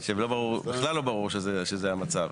ובכלל לא ברור שזה המצב.